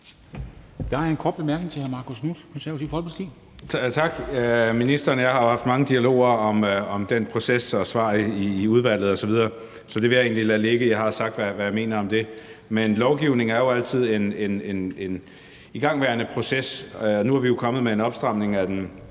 Der er en kort bemærkning til hr. Marcus Knuth,